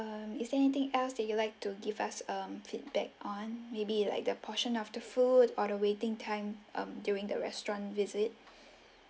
um is there anything else that you like to give us um feedback on maybe like the portion of the food or the waiting time um during the restaurant visit